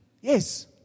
Yes